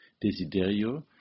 Desiderio